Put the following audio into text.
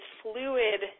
fluid